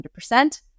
100%